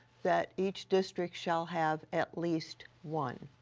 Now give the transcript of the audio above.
that each district shall have at least one.